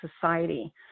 society